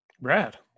Brad